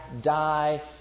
die